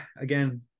again